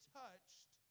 touched